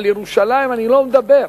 ועל ירושלים אני לא מדבר.